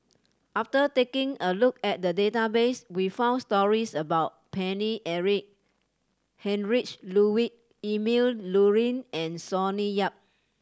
after taking a look at the database we found stories about Paine Eric Heinrich Ludwig Emil Luering and Sonny Yap